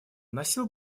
носил